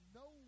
no